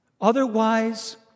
Otherwise